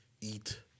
eat